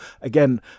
again